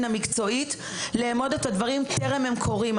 המקצועית לאמוד את הדברים טרם הם קורים.